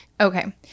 Okay